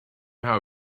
how